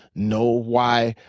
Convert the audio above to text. know why